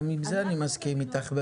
גם עם זה אני מסכים איתך,